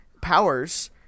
powers